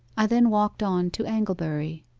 i then walked on to anglebury,